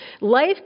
Life